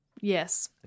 Yes